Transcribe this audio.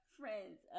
friends